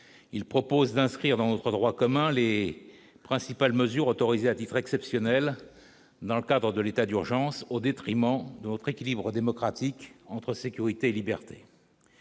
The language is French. il propose d'inscrire dans notre droit commun Les principales mesures autorisées à titre exceptionnel dans le cadre de l'état d'urgence au détriment d'autres équilibres démocratique entre sécurité et liberté